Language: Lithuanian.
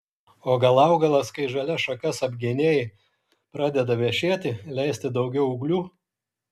o gal augalas kai žalias šakas apgenėji pradeda vešėti leisti daugiau ūglių